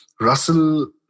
Russell